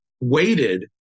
waited